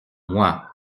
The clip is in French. moi